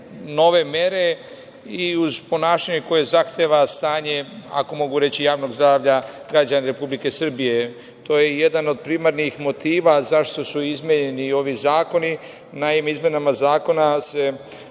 i uz ponašanje koje zahteva stanje, ako mogu reći, javnog zdravlja građana Republike Srbije. To je jedan od primarnih motiva zašto su izmenjeni ovi zakoni. Naime, izmenama zakona se